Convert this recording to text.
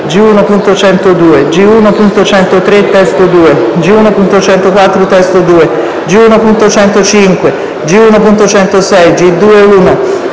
G1.102, G1.103 (testo 2), G1.104 (testo 2), G1.105, G1.106, G2.1,